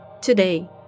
Today